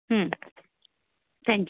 hmm thank you